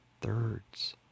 thirds